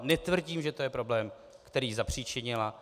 Netvrdím, že to je problém, který zapříčinila.